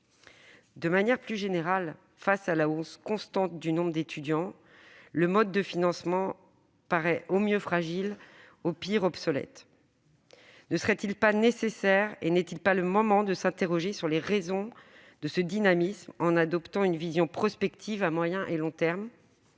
De manière plus générale, face à la hausse constante du nombre d'étudiants, le mode de financement paraît au mieux fragile, au pire obsolète. Ne serait-il pas nécessaire de s'interroger, à ce stade, sur les raisons de ce dynamisme, en adoptant une vision prospective, donc à moyen et long terme ?